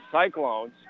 Cyclones